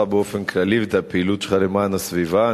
באופן כללי ואת הפעילות שלך למען הסביבה.